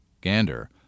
Gander